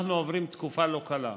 אנחנו עוברים תקופה לא קלה.